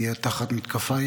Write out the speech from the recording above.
יהיה תחת מתקפה.